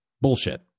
Bullshit